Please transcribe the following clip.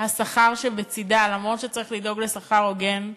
השכר שבצדה, אומנם צריך לדאוג לשכר הוגן,